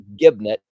Gibnet